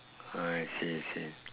I see I see